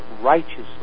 righteously